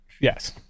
Yes